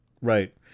Right